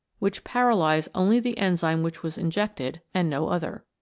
which paralyse only the enzyme which was injected, and no other.